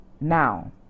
now